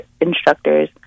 instructors